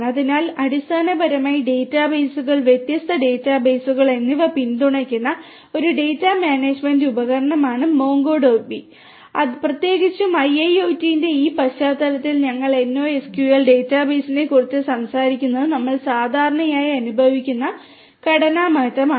അതിനാൽ അടിസ്ഥാനപരമായി ഡാറ്റാബേസുകൾ വ്യത്യസ്ത ഡാറ്റാബേസുകൾ എന്നിവ പിന്തുണയ്ക്കുന്ന ഒരു ഡാറ്റാ മാനേജുമെന്റ് ഉപകരണമാണ് മോംഗോഡിബി പ്രത്യേകിച്ചും IIoT ന്റെ ഈ പശ്ചാത്തലത്തിൽ ഞങ്ങൾ NoSQL ഡാറ്റാബേസിനെക്കുറിച്ച് സംസാരിക്കുന്നത് നമ്മൾ സാധാരണയായി അനുഭവിക്കുന്ന ഘടനാപരമായ ഡാറ്റയാണ്